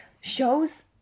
shows